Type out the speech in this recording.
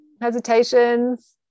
hesitations